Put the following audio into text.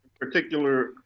particular